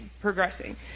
progressing